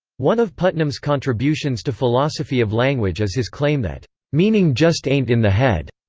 one of putnam's contributions to philosophy of language is his claim that meaning just ain't in the head.